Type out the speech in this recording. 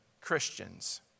Christians